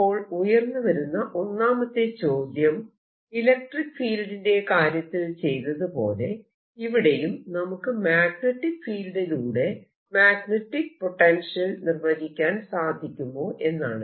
അപ്പോൾ ഉയർന്നുവരുന്ന ഒന്നാമത്തെ ചോദ്യം ഇലക്ട്രിക്ക് ഫീൽഡിന്റെ കാര്യത്തിൽ ചെയ്തതുപോലെ ഇവിടെയും നമുക്ക് മാഗ്നെറ്റിക് ഫീൽഡിലൂടെ മാഗ്നെറ്റിക് പൊട്ടൻഷ്യൽ നിർവചിക്കാൻ സാധിക്കുമോ എന്നാണ്